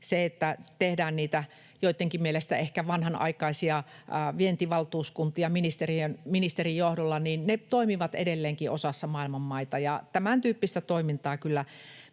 tehdään niitä joittenkin mielestä ehkä vanhanaikaisia vientivaltuuskuntia ministerin johdolla. Ne toimivat edelleenkin osassa maailman maita, ja tämäntyyppistä toimintaa kyllä